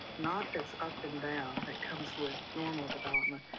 not this up and down that comes with normal development,